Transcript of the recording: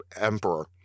Emperor